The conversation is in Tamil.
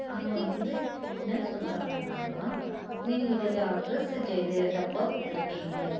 அங்கே வந்து என்ன சொல்றாங்கன்னாக்கா நீங்கள் இது அட்ரெஸ்ஸு சே இது தப்பாக கொடுத்துருக்கீங்க